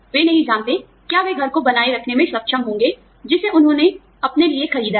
वे नहीं जानते क्या वे घर को बनाए रखने में सक्षम होंगे जिसे उन्होंने अपने लिए खरीदा है